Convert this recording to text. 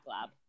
Lab